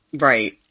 right